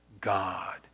God